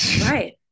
Right